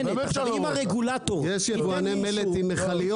אם הרגולטור -- יש יבואני מלט עם מכליות